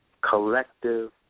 collective